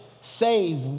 save